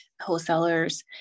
wholesalers